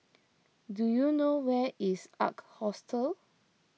do you know where is Ark Hostel